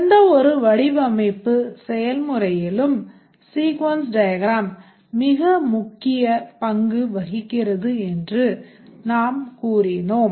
எந்தவொரு வடிவமைப்பு செயல்முறையிலும் sequence diagram மிக முக்கிய பங்கு வகிக்கிறது என்றும் நாம் கூறினோம்